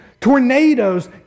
tornadoes